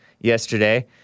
yesterday